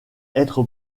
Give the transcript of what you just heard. être